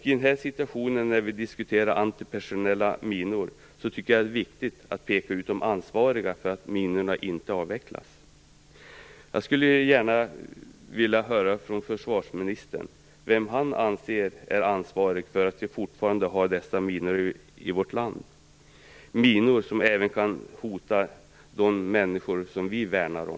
I den här situationen, när vi diskuterar antipersonella minor, tycker jag det är viktigt att peka ut dem som är ansvariga för att minorna inte avvecklas. Jag skulle gärna vilja höra från försvarsministern vem han anser vara ansvarig för att vi fortfarande har dessa minor i vårt land - minor som även kan hota de människor vi värnar om.